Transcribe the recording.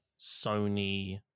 Sony